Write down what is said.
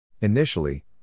Initially